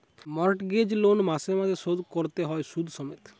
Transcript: mortgage loan মাসে মাসে শোধ কোরতে হয় শুধ সমেত